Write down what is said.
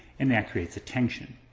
and that creates a tension.